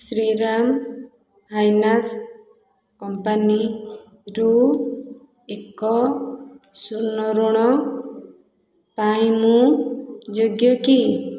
Shriram finance company ରୁ ଏକ ସ୍ଵର୍ଣ୍ଣ ଋଣ ପାଇଁ ମୁଁ ଯୋଗ୍ୟ କି